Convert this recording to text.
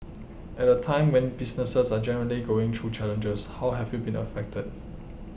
at a time when businesses are generally going through challenges how have you been affected